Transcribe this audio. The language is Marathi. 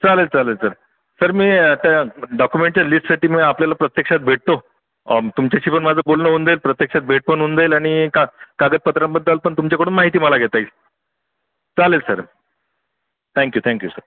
चालेल चालेल सर सर मी त्या डॉकुमेंटच्या लिस्टसाठी मी आपल्याला प्रत्यक्षात भेटतो तुमच्याशीपण माझं बोलणं होऊन जाईल प्रत्यक्षात भेटपण होऊन जाईल आणि का कागदपत्रांबद्दल पण तुमच्याकडून माहिती मला घेता येईल चालेल सर थँक्यू थँक्यू सर